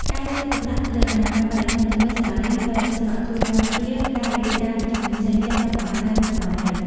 ការយកចិត្តទុកដាក់លើអនាម័យបរិស្ថានជុំវិញសាលារៀនក្រោយទឹកស្រក ជួយការពារការរីករាលដាលនៃជំងឺផ្សេងៗដល់កុមារានិងកុមារី។